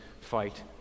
fight